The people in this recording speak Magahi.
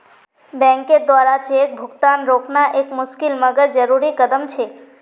बैंकेर द्वारा चेक भुगतान रोकना एक मुशिकल मगर जरुरी कदम छे